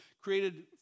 created